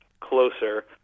closer